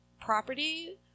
property